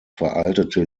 veraltete